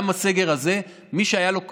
גם בסגר הזה, מי שהיה לו כרטיס,